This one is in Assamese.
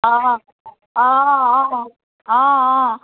অঁ অঁ অঁ অঁ অঁ